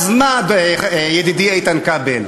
אז מה, ידידי איתן כבל?